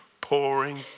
pouring